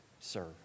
serve